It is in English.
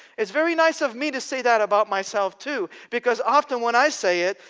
it's very nice of me to say that about myself too. because often when i say it,